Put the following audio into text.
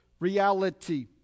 Reality